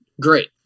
great